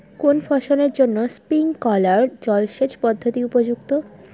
কোন ফসলের জন্য স্প্রিংকলার জলসেচ পদ্ধতি উপযুক্ত?